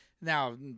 Now